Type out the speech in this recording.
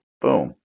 Boom